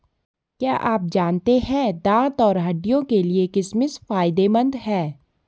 क्या आप जानते है दांत और हड्डियों के लिए किशमिश फायदेमंद है?